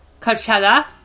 Coachella